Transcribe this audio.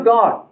God